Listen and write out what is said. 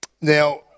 Now